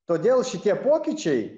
todėl šitie pokyčiai